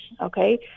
okay